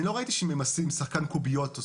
אני לא ראיתי שממסים שחקן קוביות או